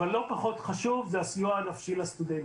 אבל לא פחות חשוב זה הסיוע הנפשי לסטודנטים.